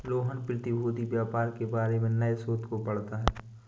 रोहन प्रतिभूति व्यापार के बारे में नए शोध को पढ़ता है